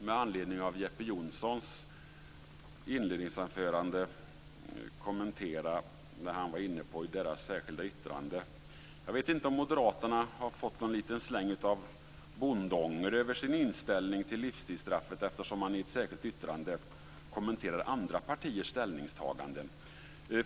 Med anledning av Jeppe Johnssons inledningsanförande vill jag lite grann kommentera det som han var inne på i deras särskilda yttrande. Jag vet inte om moderaterna har fått någon liten släng av bondånger över sin inställning till livstidsstraffet eftersom man i ett särskilt yttrande kommenterar andra partiers ställningstaganden.